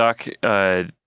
stuck